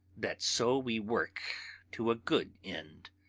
that so we work to a good end.